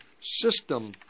system